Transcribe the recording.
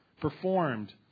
performed